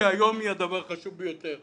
עדיין היום היא הדבר הסגולי ביותר.